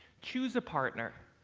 choose a partner.